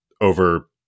over